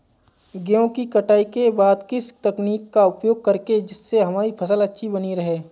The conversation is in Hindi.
गेहूँ की कटाई के बाद किस तकनीक का उपयोग करें जिससे हमारी फसल अच्छी बनी रहे?